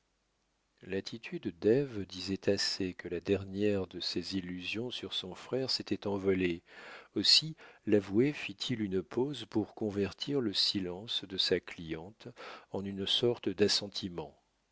l'attitude d'ève disait assez que la dernière de ses illusions sur son frère s'était envolée aussi l'avoué fit-il une pause pour convertir le silence de sa cliente en une sorte